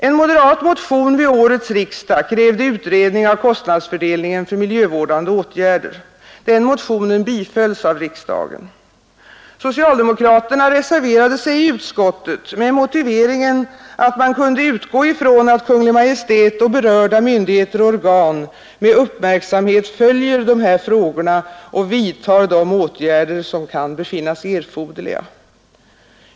En moderat motion vid årets riksdag krävde utredning av kostnadsfördelningen för miljövårdande åtgärder. Den motionen bifölls av riksdagen. Socialdemokraterna reserverade sig i utskottet med motiveringen att man kunde utgå från att Kungl. Maj:t och berörda myndigheter och organ med uppmärksamhet följer de här frågorna och vidtar de åtgärder som kan befinnas erforderliga.